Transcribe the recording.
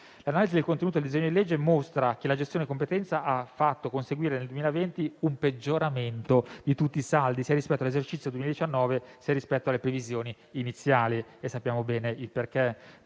L'analisi dei contenuti del disegno di legge mostra che la gestione di competenza ha fatto conseguire nel 2020 un peggioramento di tutti i saldi, sia rispetto all'esercizio 2019, sia rispetto alle previsioni iniziali. Sappiamo bene che